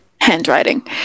handwriting